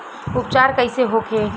उपचार कईसे होखे?